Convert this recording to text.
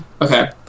Okay